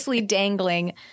dangling